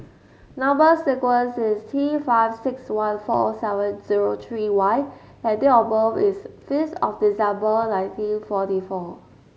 number sequence is T five six one four seven zero three Y and date of birth is fifth of December nineteen forty four